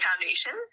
foundations